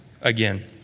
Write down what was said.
again